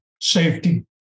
safety